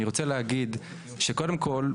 אני קודם כל רוצה להגיד שקודם כל,